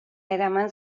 eraman